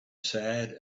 sad